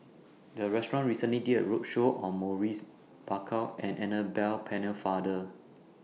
The Restaurant recently did A roadshow on Maurice Baker and Annabel Pennefather